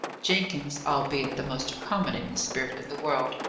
jenkins, albeit the most accommodating spirit in the world,